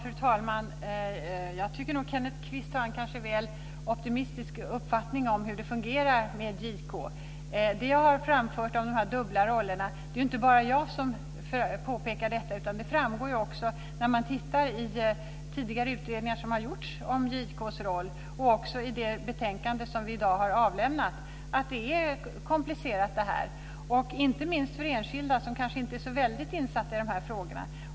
Fru talman! Jag tycker nog att Kenneth Kvist har en lite väl optimistisk uppfattning om hur det fungerar med JK. Det som jag har framfört om detta med JK:s dubbla roller - det är inte bara jag som påpekar detta, utan det framgår också av tidigare utredningar som har gjorts om JK:s roll och av det betänkande som vi i dag har avlämnat - är att det här är komplicerat, inte minst för enskilda som kanske inte är så väldigt insatta i dessa frågor.